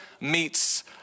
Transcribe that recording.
meets